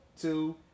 two